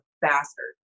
bastard